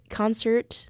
concert